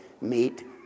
meet